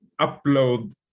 upload